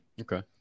Okay